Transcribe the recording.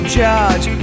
judge